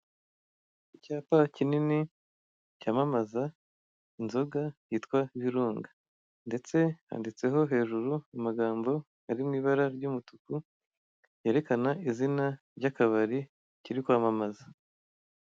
Icyapa kinini cyamamaza inzoga yitwa Virunga ndetse handitseho hejuru amagambo ari mw'ibara ry'umutuku yerekana izina ry'akabari kiri kwamamaza.